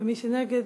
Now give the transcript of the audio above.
ומי שנגד,